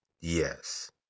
Yes